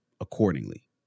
accordingly